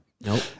Nope